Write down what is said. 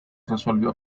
resolvió